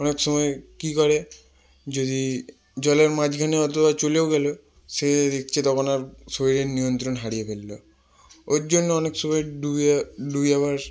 অনেক সময় কি করে যদি জলের মাঝখানে হয়তোবা চলেও গেলো সে দেখছে তখন আর শরীরের নিয়ন্ত্রণ হারিয়ে ফেললো ওই জন্য অনেক সময় ডুবে যাবার ডুবে যাবার